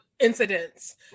incidents